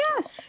yes